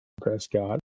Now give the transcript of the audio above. Prescott